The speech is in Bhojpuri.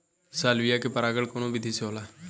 सालविया में परागण कउना विधि से होला?